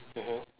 mmhmm